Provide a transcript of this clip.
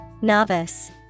Novice